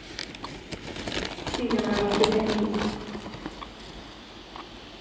केह् करना okay thank U